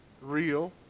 real